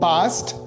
Past